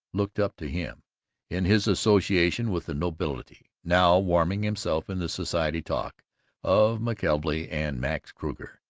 looked up to him in his association with the nobility, now warming himself in the society talk of mckelvey and max kruger.